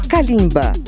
Kalimba